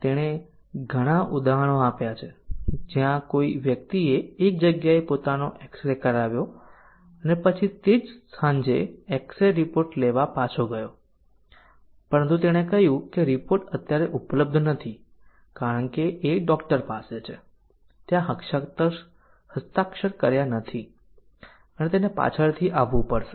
તેણે ઘણા ઉદાહરણો આપ્યા છે જ્યાં કોઈ વ્યક્તિએ એક જગ્યાએ પોતાનો એક્સ રે કરાવ્યો અને પછી તે જ સાંજે એક્સ રે રિપોર્ટ લેવા પાછો ગયો પરંતુ તેણે કહ્યું કે રિપોર્ટ અત્યારે ઉપલબ્ધ નથી કારણ કે એ ડોક્ટર પાસે છે ત્યાં હસ્તાક્ષર કર્યા નથી અને તેને પાછળથી આવવું પડશે